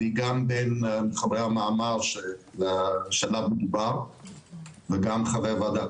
אני גם מחבר מאמר שעליו מדובר וגם חבר וועדת